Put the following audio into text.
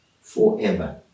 forever